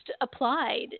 applied